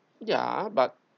ya but